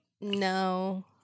No